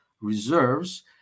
reserves